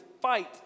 fight